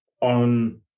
on